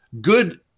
good